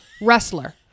wrestler